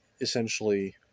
essentially